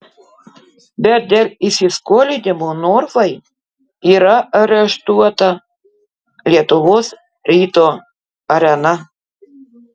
bet dėl įsiskolinimų norfai yra areštuota lietuvos ryto arena